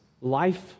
life